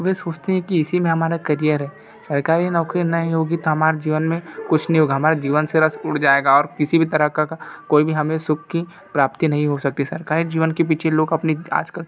वह सोचते हैं कि इसी में हमारा करियर है सरकारी नौकरी नहीं होगी तो हमारे जीवन में कुछ नहीं होगा हमारा जीवन से रस उड़ जाएगा और किसी भी तरह का कोई भी हमें सुख की प्राप्ति नहीं हो सकती सरकारी जीवन के पीछे लोग अपनी आजकल